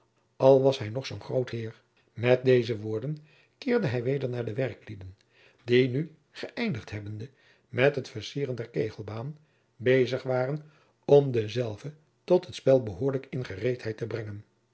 al was hij nog zoo een groot heer met deze woorden keerde hij weder naar de werklieden die nu geëindigd hebbende met het vercieren der kegelbaan bezig waren om dezelve tot het spel behoorlijk in gereedheid te brengen